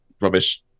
rubbish